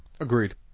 Agreed